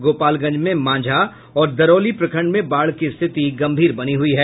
गोपालगंज में मांझा और दरौली प्रखंड में बाढ़ की स्थिति गम्भीर बनी हुई है